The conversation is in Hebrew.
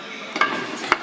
ג'דיידה-מכר.